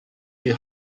die